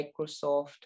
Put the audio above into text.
Microsoft